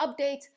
updates